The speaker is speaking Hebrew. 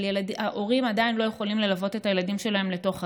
אבל הורים עדיין לא יכולים ללוות את הילדים שלהם לתוך הגן.